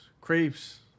Creeps